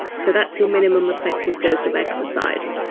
so that's your minimum effective dose of exercise